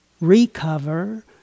recover